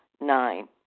Nine